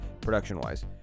production-wise